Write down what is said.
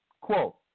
Quote